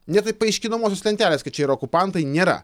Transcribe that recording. net paaiškinamosios lentelės kad čia yra okupantai nėra